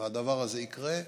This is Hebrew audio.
והדבר הזה יקרה,